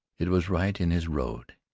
it was right in his road,